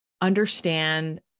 understand